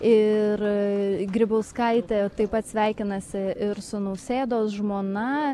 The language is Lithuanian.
ir grybauskaitė taip pat sveikinasi ir su nausėdos žmona